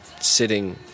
sitting